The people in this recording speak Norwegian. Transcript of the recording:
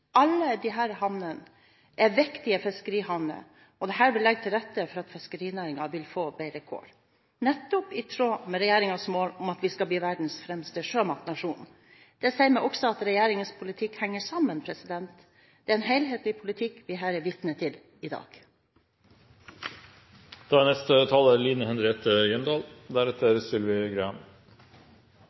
Alle disse havnene er viktige fiskerihavner, og dette vil legge til rette for at fiskerinæringen vil få bedre kår – nettopp i tråd med regjeringens mål om at vi skal bli verdens fremste sjømatnasjon. Det sier meg også at regjeringens politikk henger sammen. Det er en helhetlig politikk vi er vitne til her i dag. Veiklatting av E18-utbyggingen gjennom Indre Østfold har fordyret denne veistrekningen med 20–30 pst. Det er